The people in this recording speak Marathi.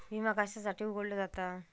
विमा कशासाठी उघडलो जाता?